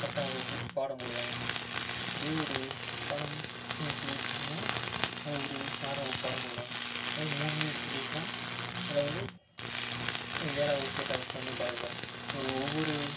பத்தாம் வகுப்பு பாடம் போடுவாங்க அதுவே ஒரு பாடம்னு எடுத்துக்கிட்டிங்கன்னால் அதில் ஒரு ஆறாம் வகுப்பு பாடம் போடுவாங்க அதே மூணு மணின்னு எடுத்துக்கிட்டிங்கன்னால் அதில் வந்து ஒரு ஏழாம் வகுப்பு எட்டாம் வகுப்பு அந்தமாதிரி பாடத்திட்டம் ஒரு ஒவ்வொரு